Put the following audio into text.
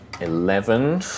eleven